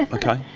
ah okay.